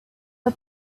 the